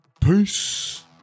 Peace